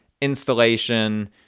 installation